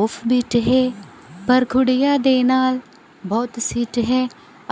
of beat ഹെ പെർ ഘുടിയ ദേനാൽ ബഹ്ത് സ്വീറ്റ് ഹെ